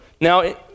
Now